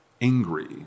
angry